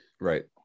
Right